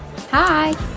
Hi